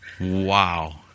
Wow